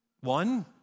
One